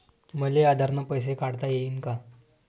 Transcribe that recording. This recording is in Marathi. मले आधार न पैसे काढता येईन का?